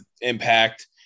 Impact